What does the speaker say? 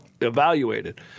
evaluated